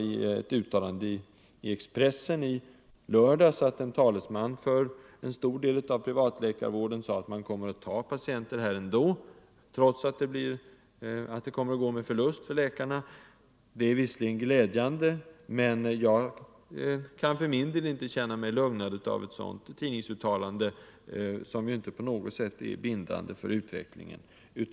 I ett uttalande i Expressen i lördags sade en talesman för en stor del av privatläkarvården att dessa läkare kommer att ta patienter för preventivrådgivning trots att det kommer att gå med förlust för läkarna. Det är visserligen glädjande, men jag kan inte känna mig lugnad av ett sådant tidningsuttalande, som ju inte på något sätt är bindande för utvecklingen.